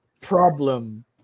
problem